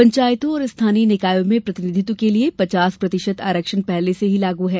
पंचायतों और स्थानीय निकायों में प्रतिनिधित्व के लिए पचास प्रतिशत आरक्षण पहले से ही लागू है